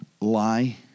lie